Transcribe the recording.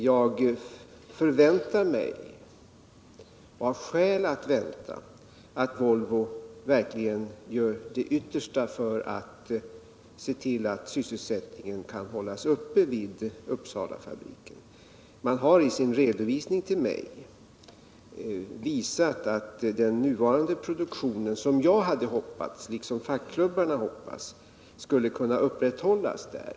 Jag förväntar mig — och har skäl att göra det — att Volvo verkligen gör sitt yttersta för att hålla sysselsättningen uppe vid Uppsalafabriken. Man har i sin redovisning till mig visat att den nuvarande produktionen tyvärr inte kan fortsätta.